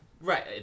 Right